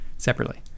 Separately